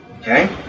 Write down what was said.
Okay